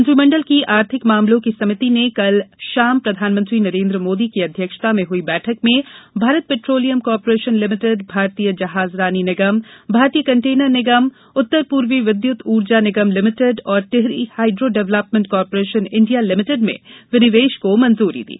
मंत्रिमण्डल की आर्थिक मामलों की समिति ने कल षाम प्रधानमंत्री नरेंद्र मोदी की अध्यक्षता में हई बैठक में भारत पेट्रोलियम कॉर्पोरेशन लिमिटेड भारतीय जहाजरानी निगम भारतीय कंटेनर निगम उत्तर पूर्वी विद्युत ऊर्जा निगम लिमिटेड और Tehri hydro development corporation India limited में विनिवेश की मंजूरी दी